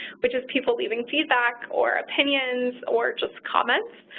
which is people leaving feedback or opinions or just comments.